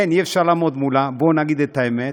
אין, אי-אפשר לעמוד מולה, בואו נגיד את האמת,